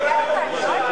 זה מעניין.